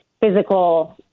physical